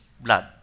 blood